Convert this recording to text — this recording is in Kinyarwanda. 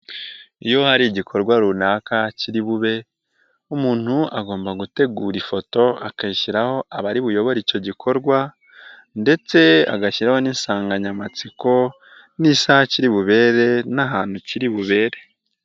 Iyo hari igikorwa runaka kiribube umuntu agomba gutegura ifoto akayishyiraho abaribuyobore icyo gikorwa ndetse agashyiraho n'insanganyamatsiko n'isaha kiribubere n'ahantu kiribubere.